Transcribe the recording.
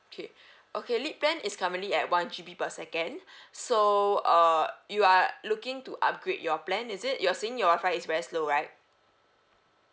okay okay lead plan is currently at one G_B per second so uh you are looking to upgrade your plan is it you're saying your wifi is very slow right